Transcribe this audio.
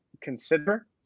consider